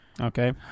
Okay